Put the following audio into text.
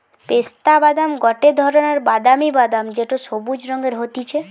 পেস্তা বাদাম গটে ধরণের দামি বাদাম যেটো সবুজ রঙের হতিছে